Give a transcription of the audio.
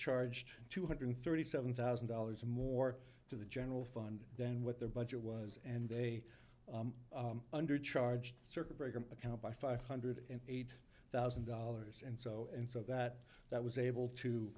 charged two hundred thirty seven thousand dollars more to the general fund then what their budget was and they under a circuit breaker account by five hundred eight thousand dollars and so and so that that was able to